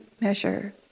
measure